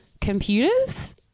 computers